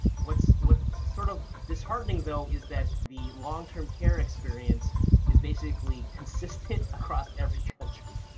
what's what's sort of disheartening, though, is that the long-term care experience is basically consistent across every country.